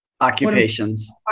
occupations